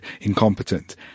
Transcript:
incompetent